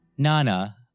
Nana